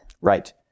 right